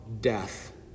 death